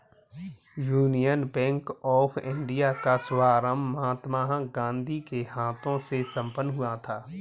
union Bank of India का शुभारंभ महात्मा गांधी के हाथों से संपन्न हुआ था